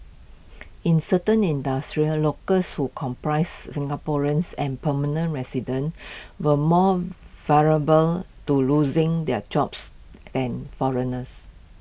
in certain industries locals who comprise Singaporeans and permanent residents were more vulnerable to losing their jobs than foreigners